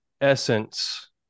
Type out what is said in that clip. essence